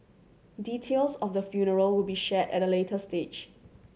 details of the funeral will be shared at a later stage